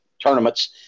tournaments